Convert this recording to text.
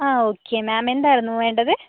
ആ okay ma'am എന്തായിരുന്നു വേണ്ടത്